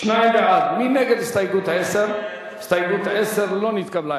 7 של קבוצת סיעת האיחוד הלאומי לסעיף 1 לא נתקבלה.